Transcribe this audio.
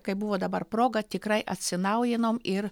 kaip buvo dabar proga tikrai atsinaujinom ir